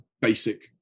basic